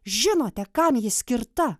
žinote kam ji skirta